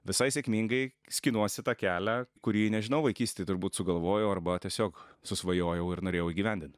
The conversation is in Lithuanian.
visai sėkmingai skinuosi tą kelią kurį nežinau vaikystėj turbūt sugalvojau arba tiesiog susvajojau ir norėjau įgyvendint